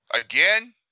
Again